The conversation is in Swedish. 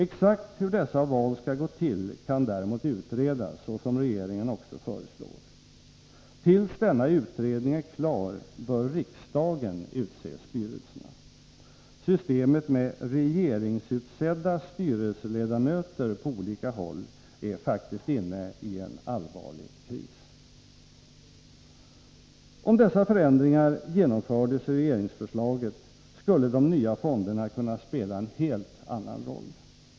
Exakt hur dessa val skall gå till kan däremot utredas, såsom regeringen också föreslår. Tills denna utredning är klar bör riksdagen utse styrelserna. Systemet med regeringsutsedda styrelseledamöter på olika håll är faktiskt inne i en allvarlig kris. Om dessa förändringar genomfördes i regeringsföslaget, skulle de nya fonderna kunna spela en helt annan roll.